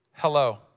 Hello